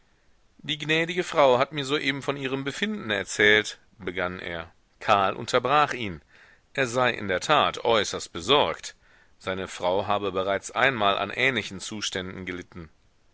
die gnädige frau hat mir soeben von ihrem befinden erzählt begann er karl unterbrach ihn er sei in der tat äußerst besorgt seine frau habe bereits einmal an ähnlichen zuständen gelitten